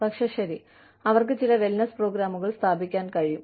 പക്ഷേ ശരി അവർക്ക് ചില വെൽനസ് പ്രോഗ്രാമുകൾ സ്ഥാപിക്കാൻ കഴിയും